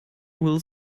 will